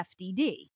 FDD